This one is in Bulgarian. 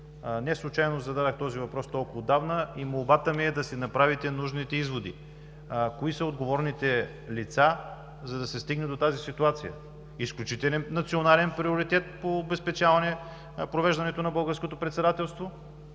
Неслучайно зададох този въпрос толкова отдавна и молбата ми е да си направите нужните изводи: кои са отговорните лица, за да се стигне до тази ситуация. Изключителен национален приоритет по обезпечаване провеждането на българското председателство.